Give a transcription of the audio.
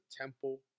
temple